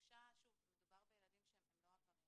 מדובר בילדים שהם לא עבריינים.